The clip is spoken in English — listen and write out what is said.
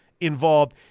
involved